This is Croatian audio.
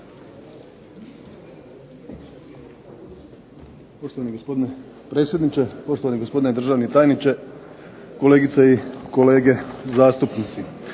Poštovani gospodine predsjedniče, poštovani gospodine državni tajniče, kolegice i kolege zastupnici.